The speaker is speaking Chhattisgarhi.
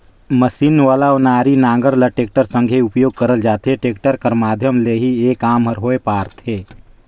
मसीन वाला ओनारी नांगर ल टेक्टर संघे उपियोग करल जाथे, टेक्टर कर माध्यम ले ही ए काम हर होए पारथे